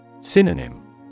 Synonym